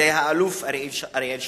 זה האלוף אריאל שרון.